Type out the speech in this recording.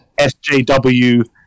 SJW